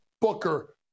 Booker